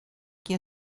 qui